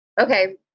okay